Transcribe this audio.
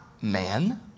man